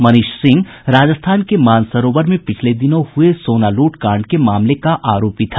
मनीष सिंह राजस्थान के मानसरोवर में पिछले दिनों हुए सोना लूट कांड के मामले का आरोपी था